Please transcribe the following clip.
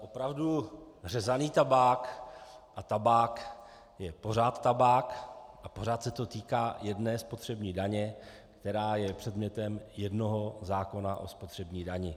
Opravdu, řezaný tabák a tabák je pořád tabák a pořád se to týká jedné spotřební daně, která je předmětem jednoho zákona o spotřební dani.